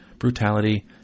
brutality